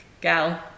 Gal